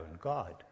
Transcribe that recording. god